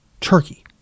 turkey